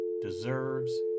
deserves